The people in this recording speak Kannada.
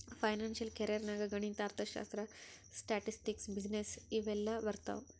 ಫೈನಾನ್ಸಿಯಲ್ ಕೆರಿಯರ್ ನಾಗ್ ಗಣಿತ, ಅರ್ಥಶಾಸ್ತ್ರ, ಸ್ಟ್ಯಾಟಿಸ್ಟಿಕ್ಸ್, ಬಿಸಿನ್ನೆಸ್ ಇವು ಎಲ್ಲಾ ಬರ್ತಾವ್